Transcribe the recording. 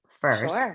first